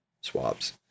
swaps